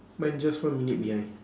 mine just one minute behind